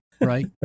Right